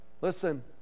listen